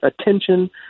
Attention